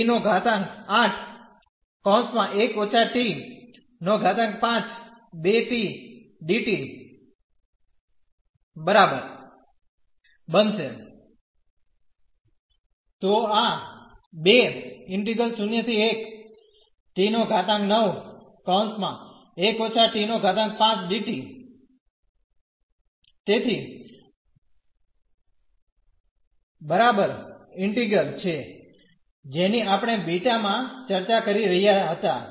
તો આ તેથી આ બરાબર ઈન્ટિગ્રલ છે જેની આપણે બીટા માં ચર્ચા કરી રહ્યાં હતાં